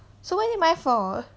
so why is it my fault